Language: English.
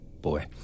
boy